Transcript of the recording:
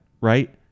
Right